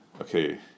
okay